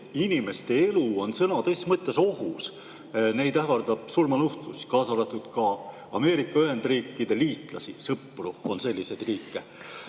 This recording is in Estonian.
inimeste elu on sõna tõsises mõttes ohus, neid ähvardab surmanuhtlus. Kaasa arvatud ka Ameerika Ühendriikide liitlasi, sõpru – on selliseid riike.